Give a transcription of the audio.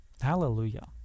Hallelujah